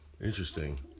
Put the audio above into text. Interesting